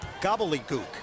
gobbledygook